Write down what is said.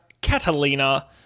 Catalina